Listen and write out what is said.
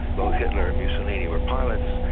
both hitler and mussolini were pilots.